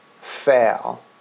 fail